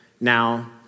Now